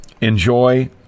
Enjoy